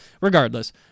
regardless